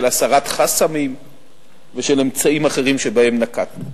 של הסרת חסמים ושל אמצעים אחרים שנקטנו,